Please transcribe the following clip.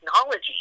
technology